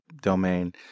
domain